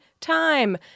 time